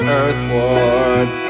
earthward